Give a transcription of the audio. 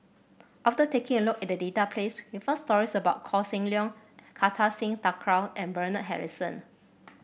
after taking a look at the database we found stories about Koh Seng Leong Kartar Singh Thakral and Bernard Harrison